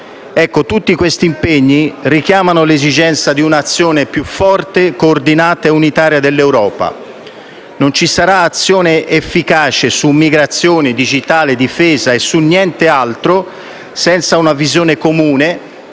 Tutti questi impegni richiamano l'esigenza di un'azione più forte, coordinata e unitaria dell'Europa. Non ci sarà azione efficace su migrazione, digitale, difesa o altro senza una visione comune